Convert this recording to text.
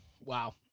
Wow